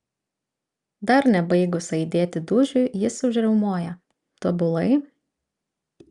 dar nebaigus aidėti dūžiui jis užriaumoja tobulai